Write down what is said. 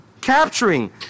Capturing